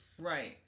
Right